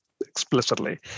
explicitly